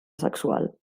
sexual